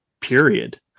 period